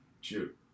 Shoot